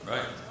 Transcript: Right